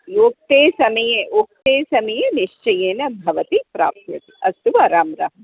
योग्ये समये उक्ते समये निश्चयेन भवति प्राप्यते अस्तु वा रां राम्